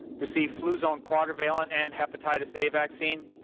received fluzone quadrivalent and hepatitis a vaccine.